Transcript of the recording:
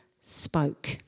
spoke